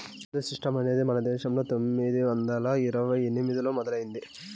mandi system అనేది మన దేశంలో పందొమ్మిది వందల ఇరవై ఎనిమిదిలో మొదలయ్యింది